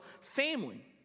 family